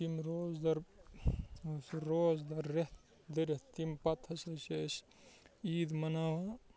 یِم روزدَر روزدَر رٮ۪تھ دٔرِتھ تمہِ پَتہٕ ہَسا چھِ أسۍ عید مَناوان